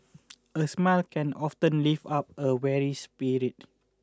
a smile can often lift up a weary spirit